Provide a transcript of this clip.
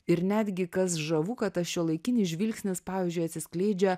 ir netgi kas žavu kad tas šiuolaikinis žvilgsnis pavyzdžiui atsiskleidžia